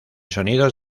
sonidos